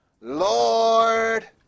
lord